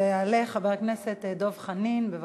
יעלה חבר הכנסת דב חנין, בבקשה.